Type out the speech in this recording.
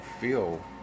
feel